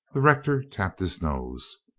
the rector tapped his nose.